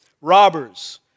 robbers